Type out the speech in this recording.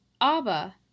Abba